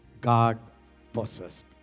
God-possessed